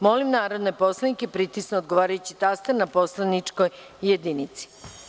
Molim narodne poslanike da pritisnu odgovarajući taster na poslaničkoj jedinici.